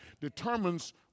determines